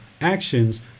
actions